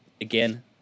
again